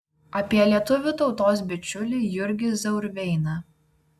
apie lietuvių tautos bičiulį jurgį zauerveiną